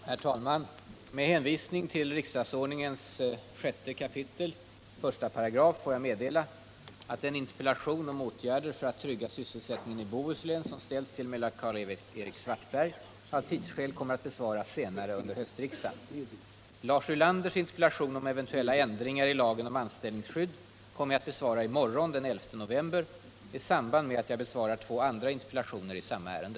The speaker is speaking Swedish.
Herr talman! Med hänvisning till riksdagsordningens 6 kap. 15 får jag meddela att den interpellation om åtgärder för att trygga sysselsättningen i Bohuslän som ställts till mig av Karl-Erik Svartberg av tidsskäl kommer att besvaras senare under höstriksdagen. Lars Ulanders interpellation om eventuella ändringar i lagen om anställningsskydd kommer jag att besvara i morgon den 11 november i samband med att jag besvarar två andra interpellationer i samma ärende.